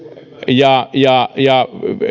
ja